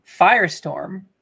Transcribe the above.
Firestorm